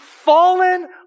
fallen